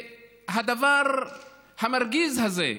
בדבר המרגיז הזה,